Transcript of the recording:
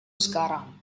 sekarang